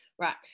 right